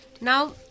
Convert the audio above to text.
now